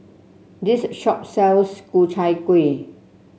this shop sells Ku Chai Kueh